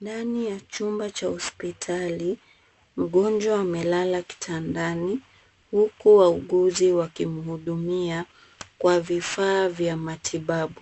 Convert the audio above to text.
Ndani ya chumba cha hospitali, mgonjwa amelala kitandani, huku wauguzi, wakimhudumia kwa vifaa vya matibabu.